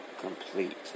complete